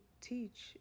teach